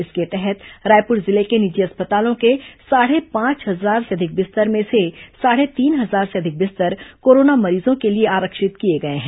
इसके तहत रायपुर जिले के निजी अस्पतालों के साढ़े पांच हजार से अधिक बिस्तर में से साढ़े तीन हजार से अधिक बिस्तर कोरोना मरीजों के लिए आरक्षित किया गया है